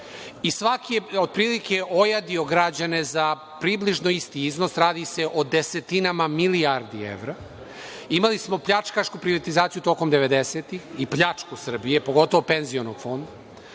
i svaki je otprilike ojadio građane za približno isti iznos. Radi se o desetinama milijardi evra. Imali smo pljačkašku privatizaciju tokom devedesetih i pljačku Srbije, pogotovo penzioni fond,